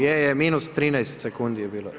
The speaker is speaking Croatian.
Je, je, minus 13 sekundi je bilo.